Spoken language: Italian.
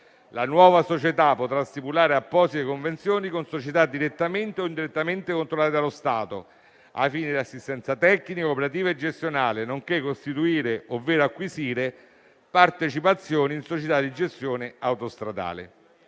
La nuova società potrà stipulare apposite convenzioni con società direttamente o indirettamente controllate dallo Stato ai fini dell'assistenza tecnica, operativa e gestionale nonché costituire ovvero acquisire partecipazioni in società di gestione di autostrade